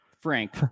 Frank